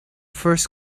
first